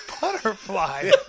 butterfly